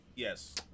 Yes